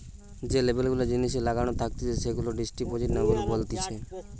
যে লেবেল গুলা জিনিসে লাগানো থাকতিছে সেগুলাকে ডেস্ক্রিপটিভ লেবেল বলতিছে